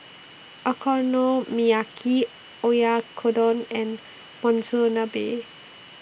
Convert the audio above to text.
Okonomiyaki Oyakodon and Monsunabe